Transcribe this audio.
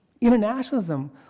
Internationalism